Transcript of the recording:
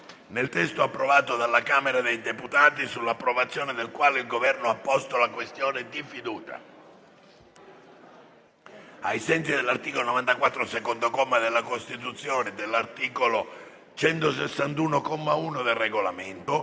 nel testo approvato dalla Camera dei deputati, sull'approvazione del quale il Governo ha posto la questione di fiducia. Ricordo che ai sensi dell'articolo 94, secondo comma, della Costituzione e ai sensi dell'articolo 161, comma 1, del Regolamento,